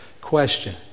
question